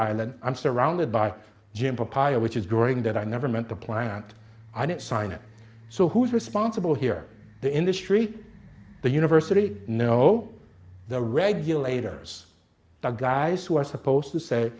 island i'm surrounded by jim proposal which is during that i never meant to plant i didn't sign it so who is responsible here the industry the university no the regulators the guys who are supposed to say